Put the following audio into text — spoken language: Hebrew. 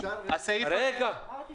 למי